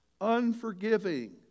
unforgiving